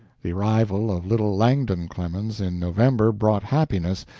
the arrival of little langdon clemens, in november, brought happiness,